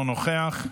אינו נוכח.